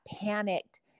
panicked